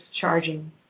charging